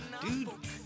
Dude